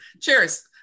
cheers